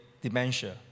dementia